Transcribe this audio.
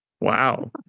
Wow